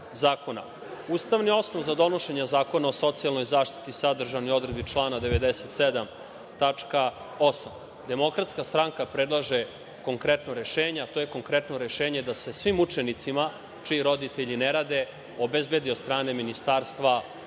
zakona. Ustavni osnov za donošenje Zakona o socijalnoj zaštiti sadržan je u odredbi člana 97. tačka 8). Demokratska stranka predlaže konkretna rešenja, a to je konkretno rešenje da se svim učenicima čiji roditelji ne rade obezbedi od strane Ministarstva